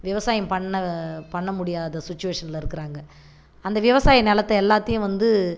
விவசாயம் பண்ண பண்ண முடியாத சுச்சுவேஷனில் இருக்குறாங்க அந்த விவசாய நிலத்த எல்லாத்தையும் வந்து